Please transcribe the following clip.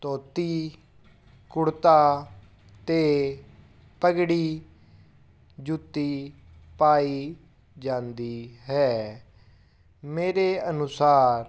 ਧੋਤੀ ਕੁੜਤਾ ਅਤੇ ਪੱਗੜੀ ਜੁੱਤੀ ਪਾਈ ਜਾਂਦੀ ਹੈ ਮੇਰੇ ਅਨੁਸਾਰ